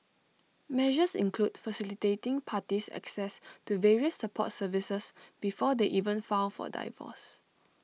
measures include facilitating parties access to various support services before they even file for divorce